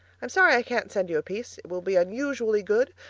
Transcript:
i'm sorry i can't send you a piece it will be unusually good,